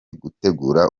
gutegura